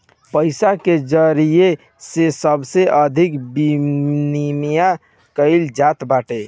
पईसा के जरिया से सबसे अधिका विमिमय कईल जात बाटे